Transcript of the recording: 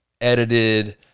edited